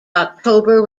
october